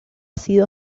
sido